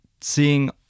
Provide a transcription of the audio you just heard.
seeing